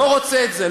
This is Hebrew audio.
לא רוצה את זה,